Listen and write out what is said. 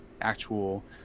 actual